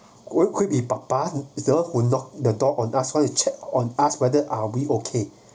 could could be papa is those who knock the door on ask one to check on ask whether are we okay